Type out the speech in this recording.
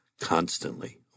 constantly